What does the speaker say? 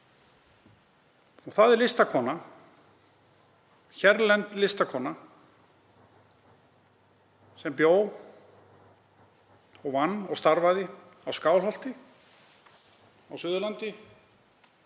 Það er listakona, hérlend listakona, sem bjó og starfaði í Skálholti á Suðurlandi